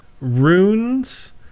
runes